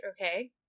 Okay